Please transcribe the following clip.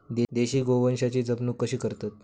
देशी गोवंशाची जपणूक कशी करतत?